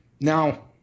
Now